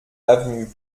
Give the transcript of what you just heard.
avenue